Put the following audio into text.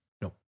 No